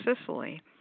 Sicily